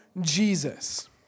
Jesus